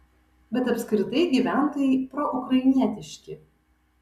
bet apskritai gyventojai proukrainietiški